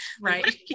right